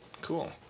cool